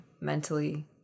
mentally